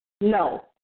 No